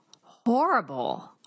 horrible